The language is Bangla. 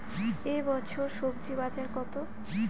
এ বছর স্বজি বাজার কত?